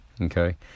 Okay